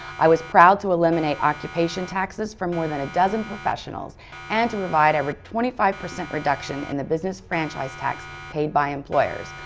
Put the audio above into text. i was proud to eliminate occupation taxes from more than a dozen professionals and to provide over twenty five percent reduction in the business franchise tax paid by employers.